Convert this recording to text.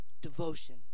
Devotion